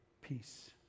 Peace